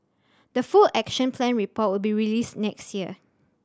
the full Action Plan report will be released next year